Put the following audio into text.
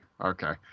Okay